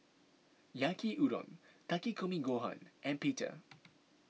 Yaki Udon Takikomi Gohan and Pita